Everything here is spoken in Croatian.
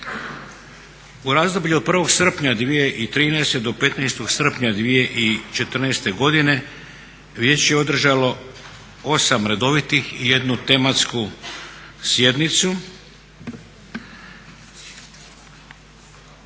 U razdoblju od 1. srpnja 2013. do 15. srpnja 2014. godine vijeće je održalo 8 redovitih i 1 tematsku sjednicu